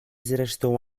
zresztą